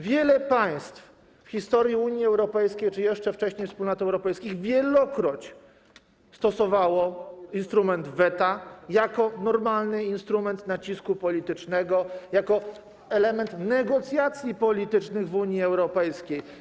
Wiele państw w historii Unii Europejskiej czy jeszcze wcześniej wspólnot europejskich wielokroć stosowało instrument weta jako normalny instrument nacisku politycznego, jako element negocjacji politycznych w Unii Europejskiej.